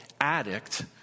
addict